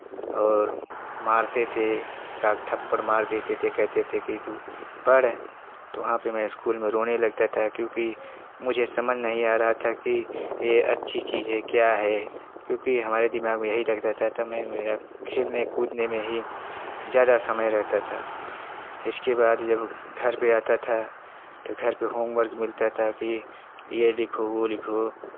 और मारते थे एकाद थप्पड़ मार देते थे कहते थे कि तू पढ़ तो वहाँ पे मैं स्कूल में रोने लगता था क्योंकि मुझे समझ नहीं आ रहा था कि ये अच्छी चीज़ है क्या है क्योंकि हमारे दिमाग में यही लगता है तो मैं मेरा खेलने कूदने में ही ज्यादा समय रहता था इसके बाद जब घर पे आता था तो घर पर होमवर्क मिलता था कि ये लिखो वो लिखो